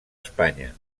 espanya